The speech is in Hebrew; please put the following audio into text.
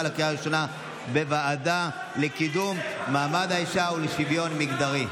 לקריאה הראשונה בוועדה לקידום מעמד האישה ולשוויון מגדרי.